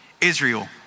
Israel